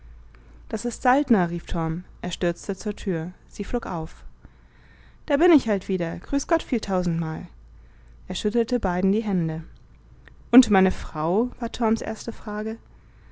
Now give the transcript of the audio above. das ist saltner rief torm er stürzte zur tür sie flog auf da bin ich halt wieder grüß gott viel tausendmal er schüttelte beiden die hände und meine frau war torms erste frage